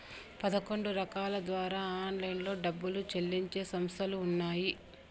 పదకొండు రకాల ద్వారా ఆన్లైన్లో డబ్బులు చెల్లించే సంస్థలు ఉన్నాయి